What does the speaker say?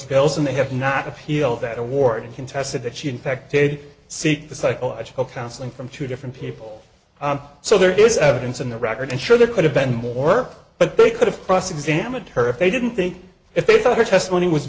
bills and they have not appeal that award and contested that she infected seek the psychological counseling from two different people so there is evidence in the record sure there could have been more work but they could have cross examined her if they didn't think if they thought her testimony was